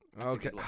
okay